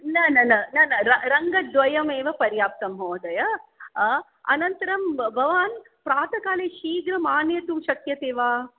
न न न न न रङ्गद्वयमेव पर्याप्तं महोदय अनन्तरं ब भवान् प्रातःकाले शीघ्रम् आनयितुं शक्यते वा